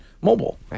mobile